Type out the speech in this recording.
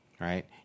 right